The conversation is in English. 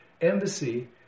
embassy